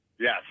Yes